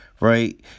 right